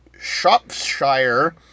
Shropshire